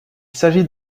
s’agit